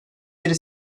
yeri